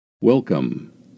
Welcome